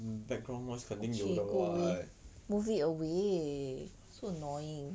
background noise 肯定有的 [what]